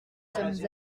sommes